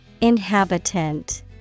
Inhabitant